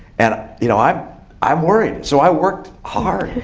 and ah you know i'm i'm worried. so i worked hard.